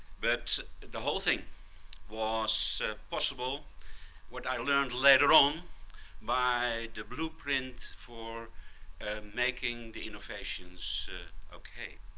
but the whole thing was possible when i learned later on by the blueprint for making the innovations okay.